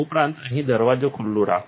ઉપરાંત અહીં દરવાજો ખુલ્લો રાખો